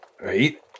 Right